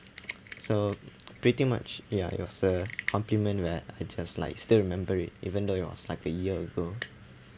so pretty much ya it was a compliment where I just like still remember it even though it was like a year ago